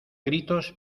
gritos